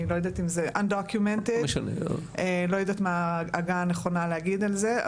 לא יודעת מה העגה הנכונה להגיד על זה,